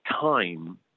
time